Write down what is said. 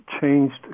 changed